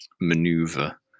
maneuver